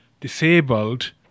disabled